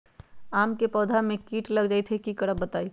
आम क पौधा म कीट लग जई त की करब बताई?